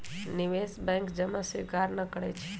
निवेश बैंक जमा स्वीकार न करइ छै